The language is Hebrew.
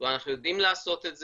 כלומר אנחנו יודעים לעשות את זה,